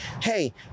hey